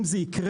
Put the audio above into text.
אם זה יקרה,